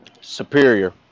Superior